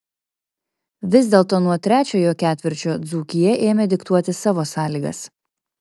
vis dėlto nuo trečiojo ketvirčio dzūkija ėmė diktuoti savo sąlygas